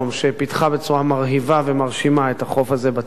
שפיתחה בצורה מרהיבה ומרשימה את החוף הזה בצד שלה,